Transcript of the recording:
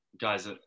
guys